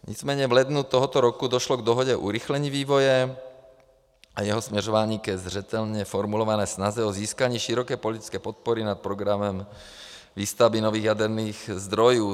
Nicméně v lednu tohoto roku došlo k dohodě urychlení vývoje a jeho směřování ke zřetelně formulované snaze o získání široké politické podpory nad programem výstavby nových jaderných zdrojů.